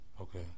Okay